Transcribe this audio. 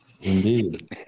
Indeed